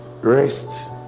rest